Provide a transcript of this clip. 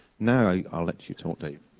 now, i'll let you talk dave.